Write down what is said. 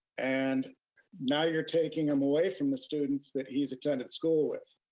and now you're takin him away from the students that he's attended school with.